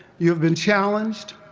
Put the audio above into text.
you have been challenged,